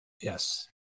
Yes